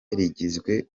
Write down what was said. rigizwe